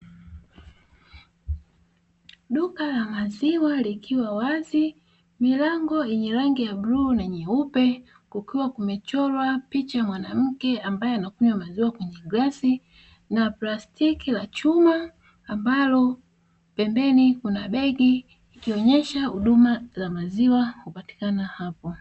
Duka la maziwa likiwa wazi lenye rangi ya bluu na nyeupe kukiwa kumechorwa picha ya mwanamke ambaye anakunywa maziwa kwenye glasi, na plastiki ya chuma ambalo pembeni kuna begi ikionyesha huduma za maziwa hupatikana hapo.